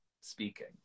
speaking